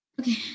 Okay